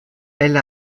elle